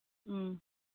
ꯎꯝ